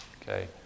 okay